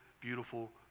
beautiful